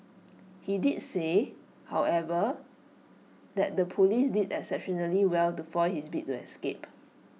he did say however that the Police did exceptionally well to foil his bid to escape